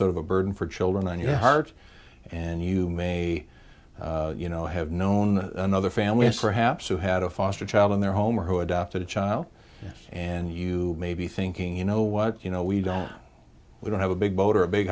sort of a burden for children in your heart and you may you know have known another family for haps who had a foster child in their home or who adopted a child and you may be thinking you know what you know we don't we don't have a big boat or a big